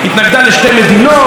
עמדה פה מול אהוד ברק,